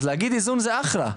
אז להגיד איזון זה אחלה,